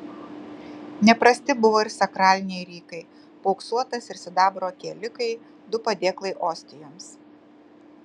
neprasti buvo ir sakraliniai rykai paauksuotas ir sidabro kielikai du padėklai ostijoms